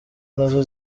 nazo